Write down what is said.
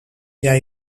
jij